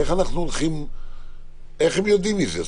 איך הם יודעים מזה?